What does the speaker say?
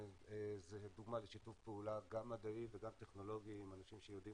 זה דוגמה לשיתוף פעולה גם מדעי וגם טכנולוגי עם אנשים שיודעים